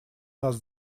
нас